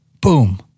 Boom